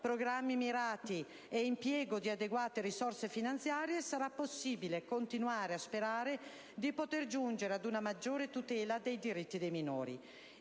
programmi mirati e all'impiego di adeguate risorse finanziarie, sarà possibile continuare a sperare di giungere ad una maggiore tutela dei diritti dei minori.